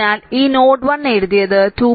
അതിനാൽ ആ നോഡ് 1 എഴുതിയത് 2